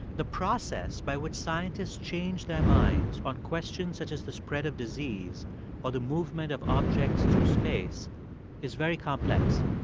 the process by which scientists change their minds on questions such as the spread of disease or the movement of objects through space is very complex.